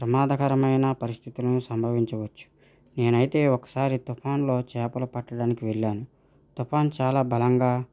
ప్రమాదకరమైన పరిస్థితులను సంభవించవచ్చు నేనైతే ఒకసారి తుఫాన్లో చేపలు పట్టడానికి వెళ్ళాను తుఫాన్ చాలా బలంగా